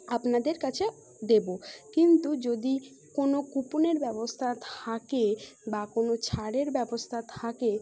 আপনাদের কাছে দেব কিন্তু যদি কোনো কুপনের ব্যবস্থা থাকে বা কোনো ছাড়ের ব্যবস্থা থাকে